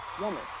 woman